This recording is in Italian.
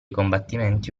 combattimenti